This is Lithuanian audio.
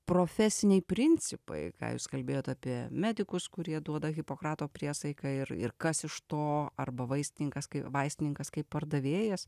profesiniai principai ką jūs kalbėjot apie medikus kurie duoda hipokrato priesaiką ir ir kas iš to arba vaistininkas kai vaistininkas kaip pardavėjas